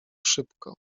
szybko